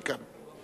Welcome.